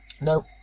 No